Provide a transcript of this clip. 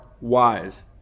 wise